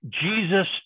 Jesus